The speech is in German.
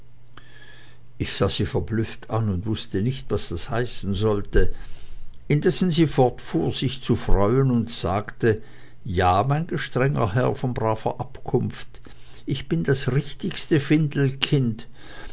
ich sah sie verblüfft an und wußte nicht was das heißen sollte indessen sie fortfuhr sich zu freuen und sagte ja ja mein gestrenger herr von braver abkunft ich bin das richtigste findelkind